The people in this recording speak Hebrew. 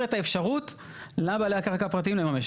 את האפשרות לבעלי הקרקע הפרטיים לממש.